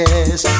Yes